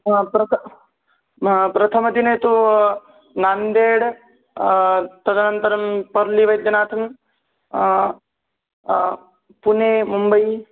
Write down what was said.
हा प्रत प्रथमदिने तु नान्देड् तदनन्तरं पर्लिवैद्यनाथन् पुने मुम्बै